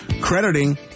crediting